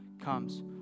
comes